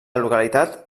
localitat